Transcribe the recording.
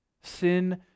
Sin